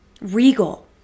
regal